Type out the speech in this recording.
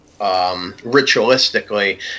ritualistically